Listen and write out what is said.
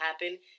happen